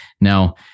Now